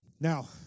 Now